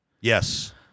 Yes